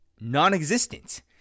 non-existent